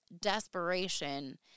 desperation